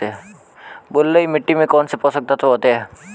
बलुई मिट्टी में कौनसे पोषक तत्व होते हैं?